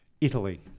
Italy